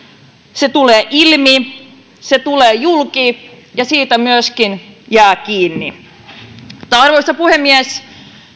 se tulee ilmi se tulee julki ja siitä myöskin jää kiinni arvoisa puhemies